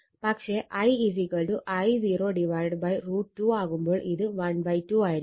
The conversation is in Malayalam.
പക്ഷെ I I0 √ 2 ആവുമ്പോൾ ഇത് 12 ആയിരിക്കും